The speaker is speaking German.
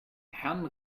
herrn